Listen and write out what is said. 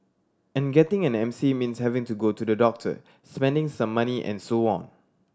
and getting an M C means having to go to the doctor spending some money and so on